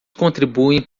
contribuem